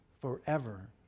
forever